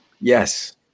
yes